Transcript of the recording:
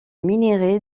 minerai